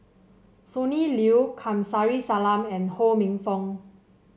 Sonny Liew Kamsari Salam and Ho Minfong